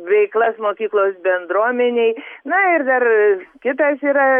veiklas mokyklos bendruomenei na ir dar kitas yra